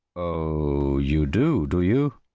oh you do, do you?